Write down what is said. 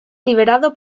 liberado